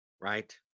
right